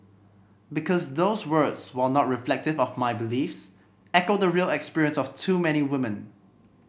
because those words while not reflective of my beliefs echo the real experience of too many women